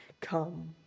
Come